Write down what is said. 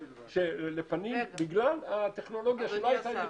רק בגלל הקורונה זה מתעכב,